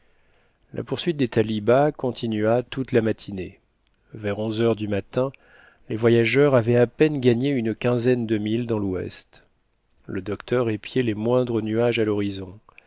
la poursuite des talibas continua toute la matinée vers onze heures du matin les voyageurs avaient à peine gagné une quinzaine de milles dans l'ouest le docteur épiait les moindres nuages à l'horizon